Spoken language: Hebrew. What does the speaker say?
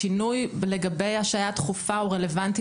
השינוי לגבי השעיה דחופה הוא רלוונטי